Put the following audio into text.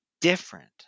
different